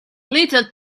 little